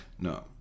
No